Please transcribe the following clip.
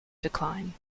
decline